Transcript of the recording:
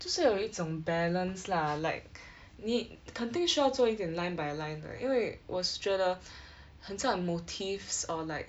就是要有一种 balance lah like 你肯定需要做一点 line by line 的因为我是觉得 很像 motifs or like